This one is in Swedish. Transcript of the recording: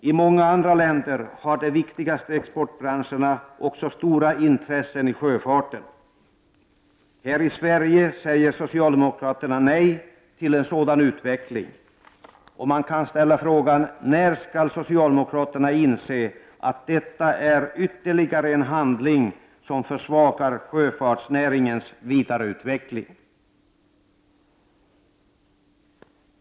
I många andra länder har de viktigaste exportbranscherna också stora intressen i sjöfarten. Här i Sverige säger socialdemokraterna nej till en sådan utveckling, och man kan ställa frågan: När skall socialdemokraterna inse att detta är ytterligare en handling som försvagar sjöfartsnäringens vidareutveckling?